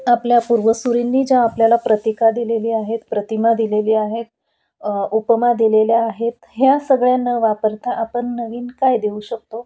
आपल्या पूर्वसुुरींनी ज्या आपल्याला प्रतिका दिलेली आहेत प्रतिमा दिलेली आहेत उपमा दिलेल्या आहेत ह्या सगळ्या न वापरता आपण नवीन काय देऊ शकतो